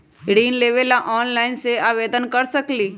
ऋण लेवे ला ऑनलाइन से आवेदन कर सकली?